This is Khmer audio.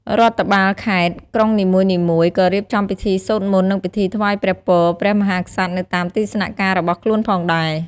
រដ្ឋបាលខេត្ត-ក្រុងនីមួយៗ ក៏រៀបចំពិធីសូត្រមន្ត និងពិធីថ្វាយព្រះពរព្រះមហាក្សត្រ នៅតាមទីស្នាក់ការរបស់ខ្លួនផងដែរ។